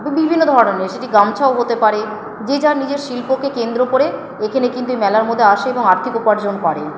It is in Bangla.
বিভিন্ন ধরনের সেটি গামছাও হতে পারে যে যার নিজের শিল্পকে কেন্দ্র করে এখানে কিন্তু এই মেলার মধ্যে আসে এবং আর্থিক উপার্জন করে